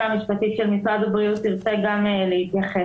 המשפטית של משרד הבריאות תרצה גם להתייחס.